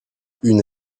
une